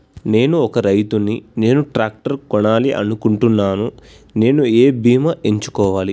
నేను ఒక రైతు ని నేను ట్రాక్టర్ కొనాలి అనుకుంటున్నాను నేను ఏ బీమా ఎంచుకోవాలి?